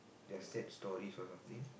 their sad stories or something